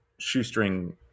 shoestring